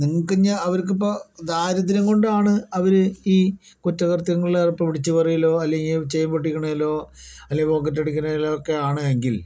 നിങ്ങൾക്ക് അവർക്കിപ്പോൾ ദാരിദ്ര്യം കൊണ്ടാണ് അവർ ഈ കുറ്റകൃത്യങ്ങളിലേർപ്പെടുന്ന പിടിച്ചു പറിയിലോ അല്ലങ്കിൽ ചെയിൻ പൊട്ടിക്കുന്നതിലോ അല്ലെങ്കിൽ പോക്കറ്റടിക്കുന്നതിലോ ഒക്കെ ആണ് എങ്കിൽ